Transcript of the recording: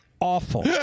awful